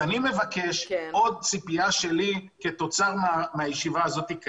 ובעקבות זאת יש לי עוד ציפייה ובקשה מהישיבה הזו.